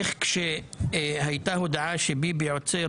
איך כשהייתה הודעה שביבי עוצר